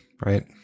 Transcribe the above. right